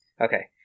Okay